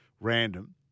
random